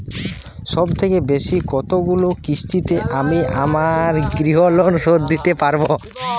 সবথেকে বেশী কতগুলো কিস্তিতে আমি আমার গৃহলোন শোধ দিতে পারব?